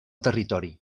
territori